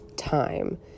time